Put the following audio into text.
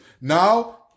Now